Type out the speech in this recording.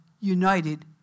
united